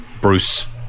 Bruce